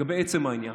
לגבי עצם העניין: